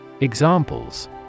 Examples